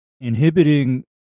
inhibiting